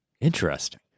Interesting